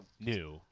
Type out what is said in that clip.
new